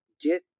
get